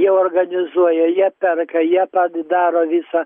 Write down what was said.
jie organizuoja jie perka jie patys daro visą